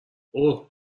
اوه